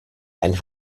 and